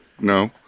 No